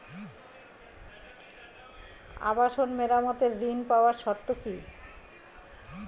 আবাসন মেরামতের ঋণ পাওয়ার শর্ত কি?